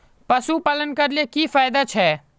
पशुपालन करले की की फायदा छे?